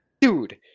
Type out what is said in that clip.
Dude